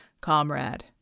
comrade